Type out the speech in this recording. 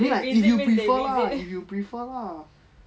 I mean like you prefer lah you preder lah